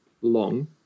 long